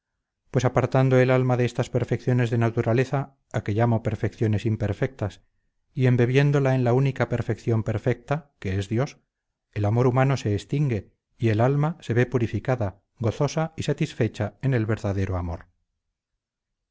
pues apartando el alma de estas perfecciones de naturaleza a que llamo perfecciones imperfectas y embebiéndola en la única perfección perfecta que es dios el amor humano se extingue y el alma se ve purificada gozosa y satisfecha en el verdadero amor